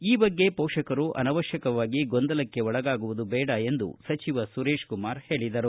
ಈ ಬಗ್ಗೆ ಯಾವುದೇ ಪೋಷಕರು ಅನವಶ್ವಕವಾಗಿ ಗೊಂದಲಕ್ಕೆ ಒಳಗಾಗುವುದು ದೇಡ ಎಂದು ಸಚಿವ ಸುರೇಶಕುಮಾರ್ ಹೇಳಿದರು